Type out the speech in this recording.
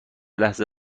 لحظه